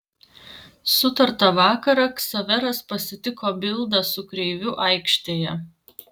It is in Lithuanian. sutartą vakarą ksaveras pasitiko bildą su kreiviu aikštėje